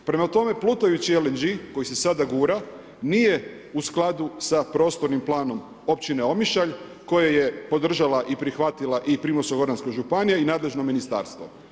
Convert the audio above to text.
Prema tome plutajući LNG koji se sada gura nije u skladu sa prostornim planom općine Omišalj koja je podržala i prihvatila i Primorsko-goranska županija i nadležno ministarstvo.